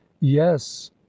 yes